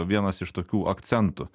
vienas iš tokių akcentų